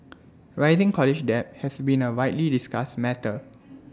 rising college debt has been A widely discussed matter